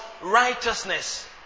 righteousness